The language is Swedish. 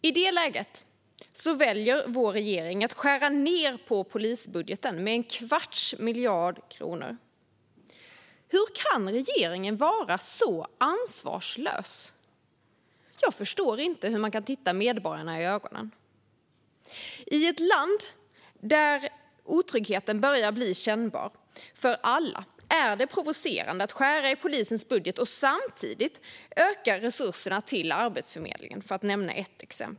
I det läget väljer vår regering att skära ned polisbudgeten med en kvarts miljard kronor. Hur kan regeringen vara så ansvarslös? Jag förstår inte hur man kan se medborgarna i ögonen. I ett land där otryggheten börjar bli kännbar för alla är det provocerande att skära i polisens budget och samtidigt öka resurserna till Arbetsförmedlingen, för att nämna ett exempel.